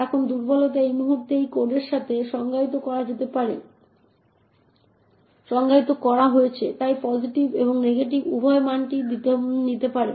এখন দুর্বলতা এই মুহুর্তে এই কোডের সাথে সমস্যা হল যে pos একটি পূর্ণসংখ্যা হিসাবে সংজ্ঞায়িত করা হয়েছে এবং তাই পসিটিভ এবং নেগেটিভ উভয় মানই নিতে পারে